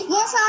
Yes